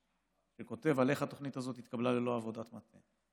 והוא כותב איך התוכנית הזאת התקבלה ללא עבודת מטה,